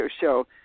show